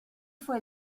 fue